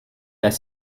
their